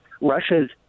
Russia's